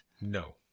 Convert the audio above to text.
No